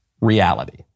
reality